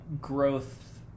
growth